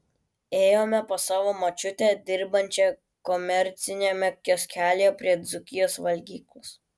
ėjome pas savo močiutę dirbančią komerciniame kioskelyje prie dzūkijos valgyklos